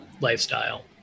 lifestyle